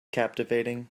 captivating